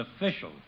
official